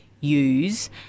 use